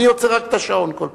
אני עוצר רק את השעון כל פעם.